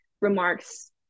remarks